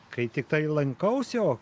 kai tiktai lankausi o